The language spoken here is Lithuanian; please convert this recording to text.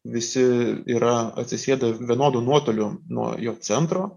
visi yra atsisėda vienodu nuotoliu nuo jo centro